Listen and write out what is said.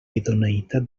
idoneïtat